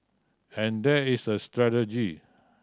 and there is a strategy